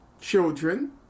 children